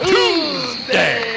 Tuesday